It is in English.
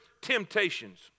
temptations